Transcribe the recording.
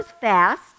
fast